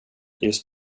just